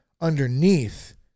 underneath